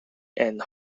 and